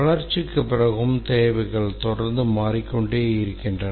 வளர்ச்சிக்குப் பிறகும் தேவைகள் தொடர்ந்து மாறிக்கொண்டே இருக்கின்றன